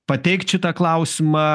pateikt šitą klausimą